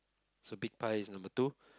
so big pie is number two